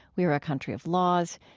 we are a country of laws.